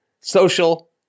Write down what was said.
social